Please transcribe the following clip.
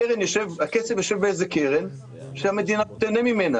הכסף ישב באיזה קרן שהמדינה לא תהנה ממנה.